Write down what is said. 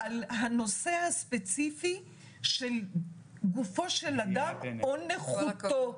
על הנושא הספציפי של "גופו של אדם או נכותו".